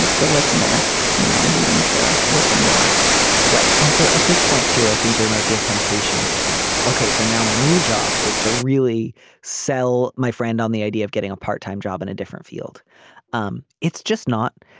the listener you know needing to listen more right. and so at this point too i think there might be a temptation to think like ok so now my new job is to really sell my friend on the idea of getting a part time job in a different field um it's just not.